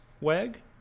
Weg